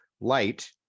light